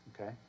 okay